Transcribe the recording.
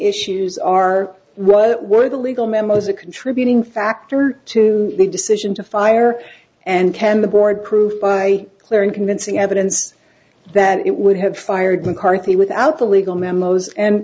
issues are what were the legal memos a contributing factor to the decision to fire and can the board proved by clear and convincing evidence that it would have fired mccarthy without the legal memos and